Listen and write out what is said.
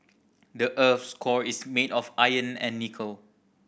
the earth's core is made of iron and nickel